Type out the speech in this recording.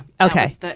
Okay